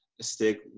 stick